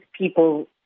people